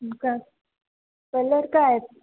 का कलर काय आहे